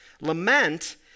Lament